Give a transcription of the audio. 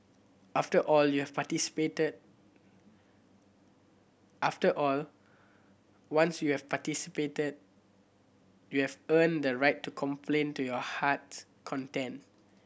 after all you have participated after all once you have participated you have earned the right to complain to your heart's content